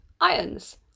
ions